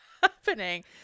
happening